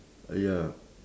ah ya